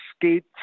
skate